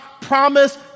promise